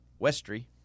Westry